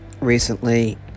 recently